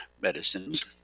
medicines